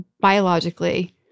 biologically